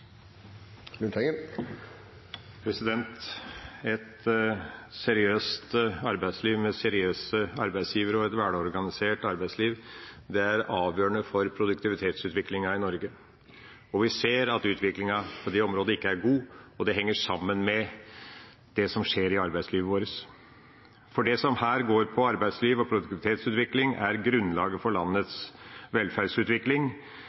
seriøst arbeidsliv med seriøse arbeidsgivere og et velorganisert arbeidsliv er avgjørende for produktivitetsutviklingen i Norge. Vi ser at utviklingen på det området ikke er god, og det henger sammen med det som skjer i arbeidslivet vårt. Det som handler om arbeidsliv og produktivitetsutvikling, er grunnlaget for